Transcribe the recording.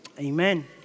amen